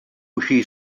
uscì